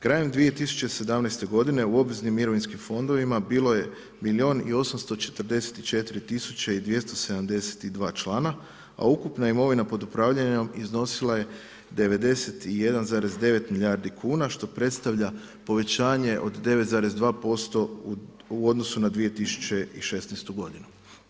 Krajem 2017. godine u obveznim mirovinskim fondovima bilo je milijun i 844 tisuće i 272 člana a ukupna imovina pod upravljanjem iznosila je 91,9 milijardi kuna što predstavlja povećanje od 9,2% u odnosu na 2016. godinu.